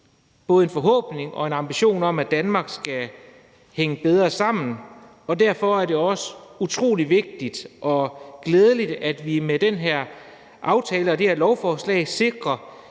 både en forhåbning og en ambition om, at Danmark skal hænge bedre sammen, og derfor er det også utrolig vigtigt og glædeligt, at vi med den her aftale og det her lovforslag sikrer,